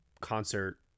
concert